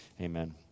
Amen